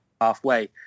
halfway